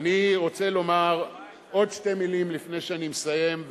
אני רוצה לומר עוד שתי מלים לפני שאני מסיים,